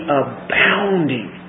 abounding